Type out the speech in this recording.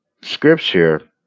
scripture